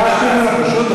ביקשתי ממנה פשוט,